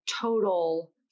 total